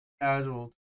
casual